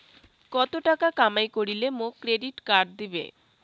কত টাকা কামাই করিলে মোক ক্রেডিট কার্ড দিবে?